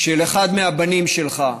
של אחד הבנים שלך.